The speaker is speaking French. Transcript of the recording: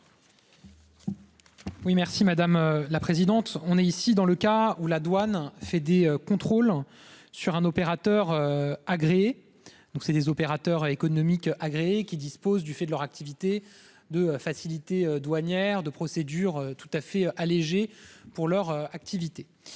Oui merci madame la présidente. On est ici dans le cas où la douane fait des contrôles sur un opérateur. Agréé. Donc c'est des opérateurs économiques agréé qui dispose du fait de leur activité de facilités douanières de procédure tout à fait allégé pour leur activité.